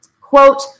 Quote